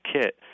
kit